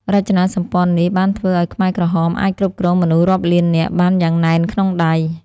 រចនាសម្ព័ន្ធនេះបានធ្វើឱ្យខ្មែរក្រហមអាចគ្រប់គ្រងមនុស្សរាប់លាននាក់បានយ៉ាងណែនក្នុងដៃ។